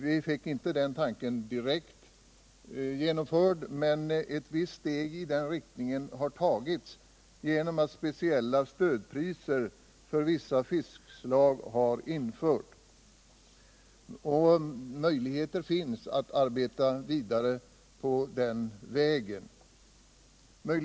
Vi fick inte den tanken direkt genomförd, men ett visst steg i denna riktning har tagits genom att speciella stödpriser för vissa fiskslag har införts, och möjligheter finns att arbeta vidare på den vägen. Bl.